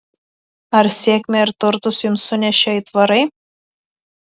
ar sėkmę ir turtus jums sunešė aitvarai